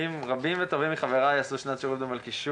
רבים וטובים מחבריי עשו שנת שירות במלכישוע